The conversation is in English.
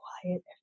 quiet